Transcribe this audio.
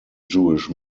jewish